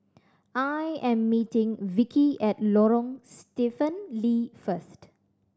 I am meeting Vickie at Lorong Stephen Lee first